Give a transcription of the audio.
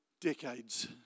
decades